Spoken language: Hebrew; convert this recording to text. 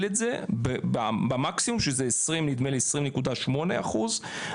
את זה במקסימום שזה 20.8 אחוז נדמה לי,